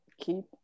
keep